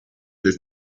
this